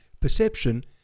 Perception